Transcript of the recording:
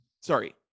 sorry